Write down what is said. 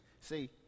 See